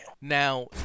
Now